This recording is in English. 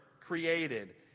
created